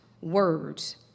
words